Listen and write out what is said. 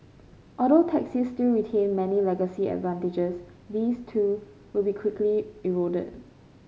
although taxis still retain many legacy advantages these too will be quickly eroded